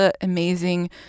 amazing